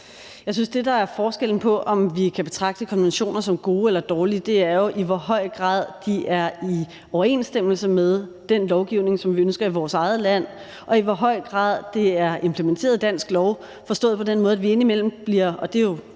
Jeg synes, at det, der er forskellen på, om vi kan betragte konventioner som gode eller dårlige, er, i hvor høj grad de er i overensstemmelse med den lovgivning, som vi ønsker i vores eget land, og i hvor høj grad det er implementeret i dansk lov, forstået på den måde, at menneskerettighedskonventionen